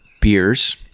beers